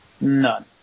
None